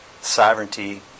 sovereignty